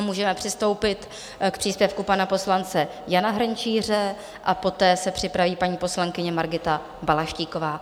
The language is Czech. Můžeme přistoupit k příspěvku pana poslance Jana Hrnčíře a poté se připraví paní poslankyně Margita Balaštíková.